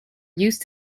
used